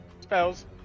Spells